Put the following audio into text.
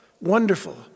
Wonderful